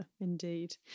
indeed